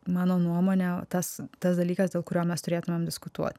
mano nuomone o tas tas dalykas dėl kurio mes turėtumėm diskutuot